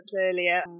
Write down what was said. earlier